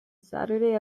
saturday